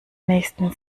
nächsten